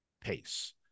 pace